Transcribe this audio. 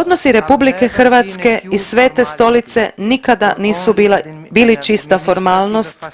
Odnosi RH i Svete Stolice nikada nisu bili čista formalnost